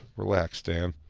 relax, dan.